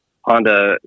Honda